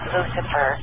Lucifer